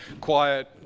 quiet